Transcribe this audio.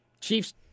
Chiefs